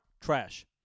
Trash